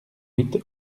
huit